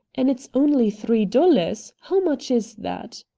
and it's only three dollars. how much is that?